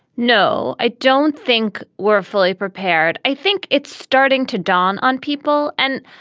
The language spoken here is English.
no, i don't think we're fully prepared. i think it's starting to dawn on people. and,